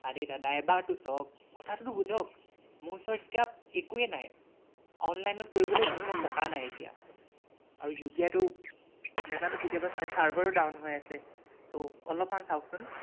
আৰে দাদা এবাৰতো চাওক কথাটোতো বুজক মোৰ ওচৰত এতিয়া একোৱে নাই অনলাইনত কৰিবলৈ মোৰ ওচৰত টকা নাই এতিয়া আৰু ইউ পি আইটো নাজানো কেতিয়াবা আজি ছাৰ্ভাৰো ডাউন হৈ আছে ত অলপমান চাওকচোন